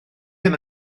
ddim